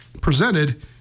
presented